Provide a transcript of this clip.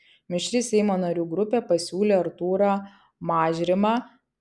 mišri seimo narių grupė pasiūlė artūrą mažrimą